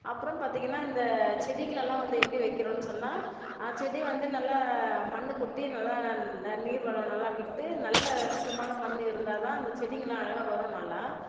அப்புறம் பார்த்தீங்கன்னா இந்த செடிகளெல்லாம் வந்து எப்படி வைக்கிறோம்னு சொன்னால் செடி வந்து நல்லா மண்ணை கொட்டி நல்லா நீர் வளம் நல்லா விட்டு நல்ல சுத்தமான மண் இருந்தால்தான் அந்த செடிங்கள்லாம் அழகாக வரும் நல்லா